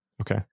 Okay